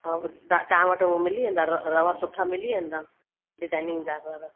हा तव्हां तव्हां वटि उहे मिली वेंदा र रवा सुठा मिली वेंदा डिजाइनिंगदार वारा